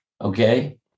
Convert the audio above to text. Okay